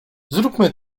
zróbmy